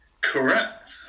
Correct